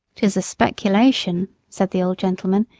tis a speculation, said the old gentleman,